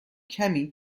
کمی